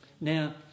Now